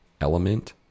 Element